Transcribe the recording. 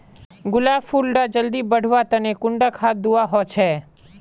गुलाब फुल डा जल्दी बढ़वा तने कुंडा खाद दूवा होछै?